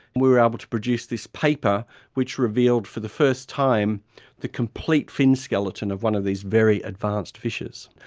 we were able to produce this paper which revealed for the first time the complete fin skeleton of one of these very advanced fishes.